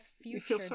future